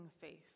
faith